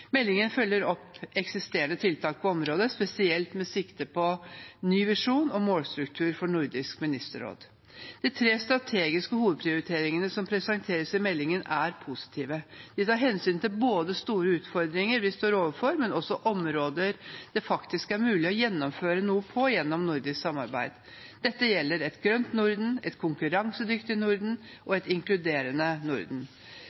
Meldingen følger opp eksisterende tiltak på området, spesielt med sikte på ny visjon og målstruktur for Nordisk ministerråd. De tre strategiske hovedprioriteringene som presenteres i meldingen, er positive. De tar hensyn til både store utfordringer vi står overfor, og områder der det faktisk er mulig å gjennomføre noe gjennom nordisk samarbeid. Dette gjelder et grønt Norden, et konkurransedyktig Norden og et inkluderende Norden.